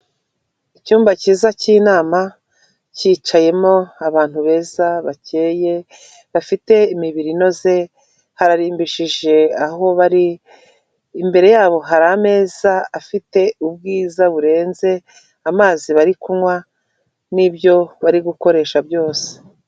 Icyumba cyiza cy'inama cyicayemo abantu beza bakeye, bafite imibiri inoze, hararimbishije aho bari imbere yabo hari ameza afite ubwiza burenze, amazi bari kunywa n'ibyo bari gukoresha byose.